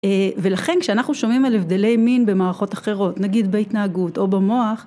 ולכן כשאנחנו שומעים על הבדלי מין במערכות אחרות, נגיד בהתנהגות או במוח